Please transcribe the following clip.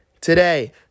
today